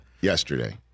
Yesterday